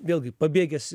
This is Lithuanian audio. vėlgi pabėgęs